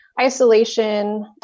isolation